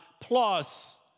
plus